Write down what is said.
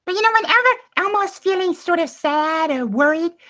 but you know, i'm i'm and almost feeling sort of sad and worried.